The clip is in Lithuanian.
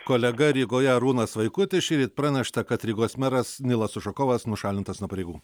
kolega rygoje arūnas vaikutis šįryt pranešta kad rygos meras nilas ušakovas nušalintas nuo pareigų